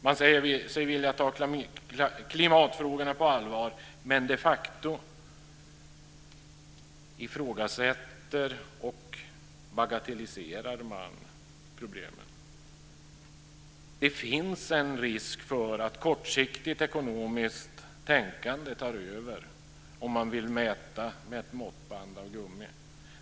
Man säger sig vilja ta klimatfrågorna på allvar men de facto ifrågasätter och bagatelliserar man problemen. Det finns en risk för att kortsiktigt ekonomiskt tänkande tar över om man vill mäta med ett måttband av gummi.